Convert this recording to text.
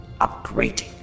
Upgrading